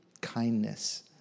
kindness